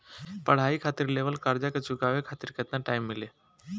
पढ़ाई खातिर लेवल कर्जा के चुकावे खातिर केतना टाइम मिली?